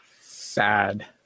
sad